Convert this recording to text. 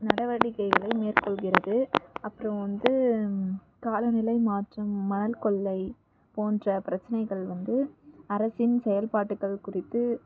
நடவடிக்கைகளை மேற்கொள்கிறது அப்புறம் வந்து காலநிலை மாற்றம் மணல்கொள்ளை போன்ற பிரச்சனைகள் வந்து அரசின் செயல்பாட்டுக்கள் குறித்து